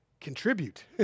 contribute